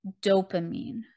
dopamine